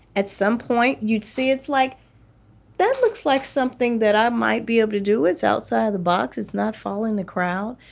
at some point you'd see it's like that looks like something that i might be able to do. it's outside of the box, it's not following the crowd.